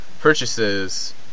purchases